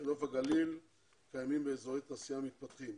בנוף הגליל קיימים אזורי תעשייה מתפתחים.